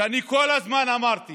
שאני כל הזמן אמרתי